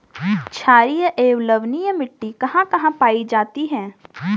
छारीय एवं लवणीय मिट्टी कहां कहां पायी जाती है?